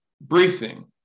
briefing